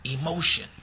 emotion